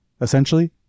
essentially